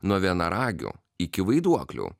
nuo vienaragių iki vaiduoklių